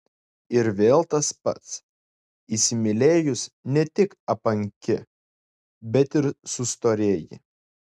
ir vėl tas pats įsimylėjus ne tik apanki bet ir sustorėji